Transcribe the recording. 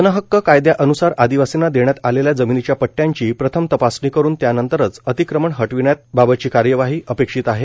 one हक्क कायद्या अनुसार आदिवार्सींना देण्यात आलेल्या जमिनीच्या पह्याची प्रथम तपासणी करून त्यानंतरच अतिक्रमण हटविण्यात बाबतची कार्यवाही अपेक्षित आहे